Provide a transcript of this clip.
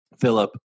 Philip